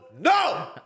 no